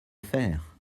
faire